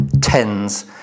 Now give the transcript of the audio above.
Tens